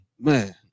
man